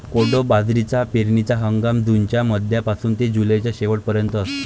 कोडो बाजरीचा पेरणीचा हंगाम जूनच्या मध्यापासून ते जुलैच्या शेवट पर्यंत असतो